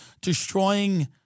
destroying